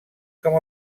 com